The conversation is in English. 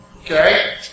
Okay